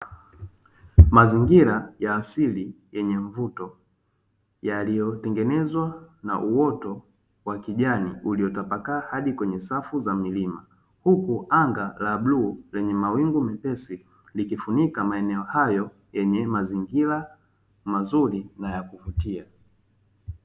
Mazingira ya asili yenye mvuto, yaliyotengenezwa na uoto wa kijani uliyotapakaa hadi kwenye safu za milima. Huku anga la bluu lenye mawingu mepesi likifunika maeneo hayo yenye mazingira mazuri na ya kuvutia.